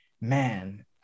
man